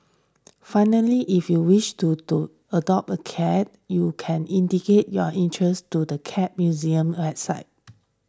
finally if you wish to to adopt a cat you can indicate your interest to the Cat Museum's website